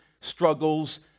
struggles